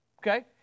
Okay